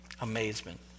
Amazement